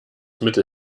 mittel